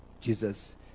Jesus